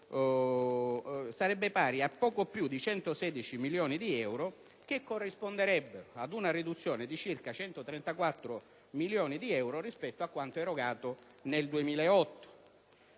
sarebbero pari a poco più di 116 milioni di euro, con una riduzione di circa 134 milioni di euro rispetto a quanto erogato nel 2008.